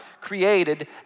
created